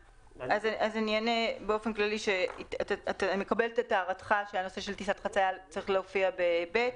אני מקבלת את הערתך שהנושא של טיסת חציה צריך להופיע ב-(ב).